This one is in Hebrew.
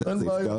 אין בעיה.